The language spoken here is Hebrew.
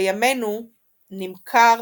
בימינו נמכר